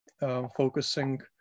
Focusing